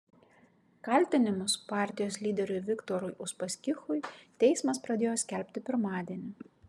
kaltinimus partijos lyderiui viktorui uspaskichui teismas pradėjo skelbti pirmadienį